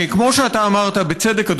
כמו שאתה אמרת בצדק,